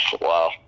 wow